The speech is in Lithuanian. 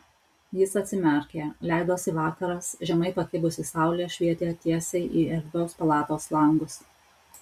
jis atsimerkė leidosi vakaras žemai pakibusi saulė švietė tiesiai į erdvios palatos langus